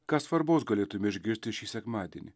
ką svarbaus galėtumei išgirsti šį sekmadienį